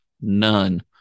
None